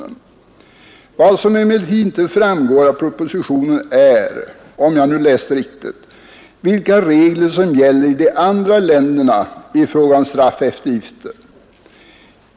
Men vad som inte framgår av propositionen är — om jag nu läser rätt — vilka regler som gäller i de andra länderna i fråga om straffeftergifter.